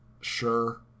Sure